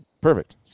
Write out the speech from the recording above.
Perfect